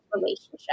relationship